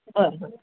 बरं हां